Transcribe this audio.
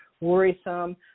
worrisome